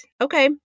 Okay